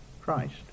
Christ